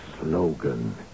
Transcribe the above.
slogan